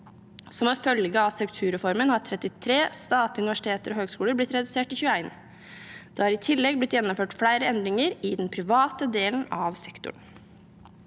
Som en følge av strukturreformen har 33 statlige universiteter og høyskoler blitt redusert til 21. Det er i tillegg blitt gjennomført flere endringer i den private delen av sektoren.